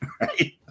right